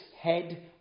head